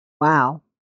Wow